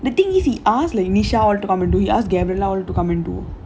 the thing is he asked like nisha all to come and do it asked gabriella all to come and do